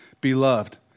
beloved